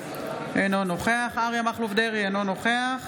אינו נוכח אריה מכלוף דרעי, אינו נוכח